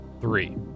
Three